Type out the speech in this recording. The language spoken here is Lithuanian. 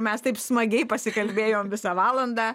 mes taip smagiai pasikalbėjom visą valandą